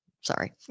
sorry